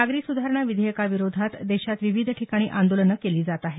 नागरी सुधारणा विधेयकाविरोधात देशात विविध ठिकाणी आंदोलनं केली जात आहे